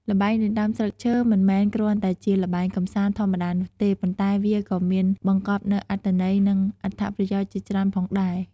ល្បែងដណ្ដើមស្លឹកឈើ មិនមែនគ្រាន់តែជាល្បែងកម្សាន្តធម្មតានោះទេ ប៉ុន្តែវាក៏មានបង្កប់នូវអត្ថន័យ និងអត្ថប្រយោជន៍ជាច្រើនផងដែរ។